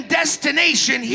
destination